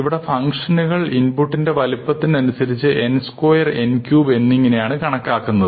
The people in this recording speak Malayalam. ഇവിടെ ഫംഗ്ഷനുകൾ ഇൻപുട്ടിന്റെ വലുപ്പത്തിനനുസരിച്ച് n സ്ക്വയർ n ക്യൂബ് എന്നിങ്ങനെയാണ് കണക്കാക്കുന്നത്